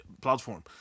platform